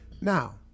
Now